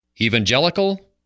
Evangelical